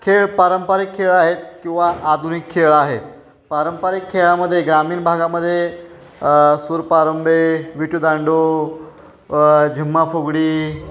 खेळ पारंपारिक खेळ आहेत किंवा आधुनिक खेळ आहेत पारंपारिक खेळामध्ये ग्रामीण भागामध्ये सुरपारंबे विटी दांडू झिम्मा फुगडी